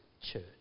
church